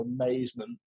amazement